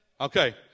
Okay